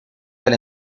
del